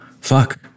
Fuck